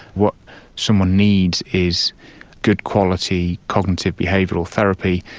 what someone needs is good quality cognitive behavioural therapy,